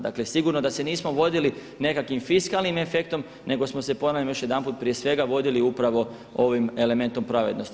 Dakle sigurno da se nismo vodili nekakvim fiskalnim efektom nego smo se ponavljam još jedanput prije svega vodili upravo ovim elementom pravednosti.